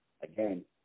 Again